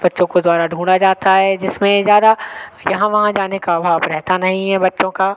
बच्चों को द्वारा ढूँढ़ा जाता है जिसमें ज़्यादा यहाँ वहाँ जाने का अभाव रहता नहीं है बच्चों का